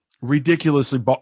ridiculously